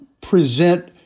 present